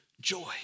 joy